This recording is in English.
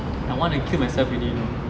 I want to kill myself already you know